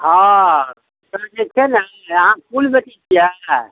हँ तऽ जे छै ने अहाँ फूल बेचय छियै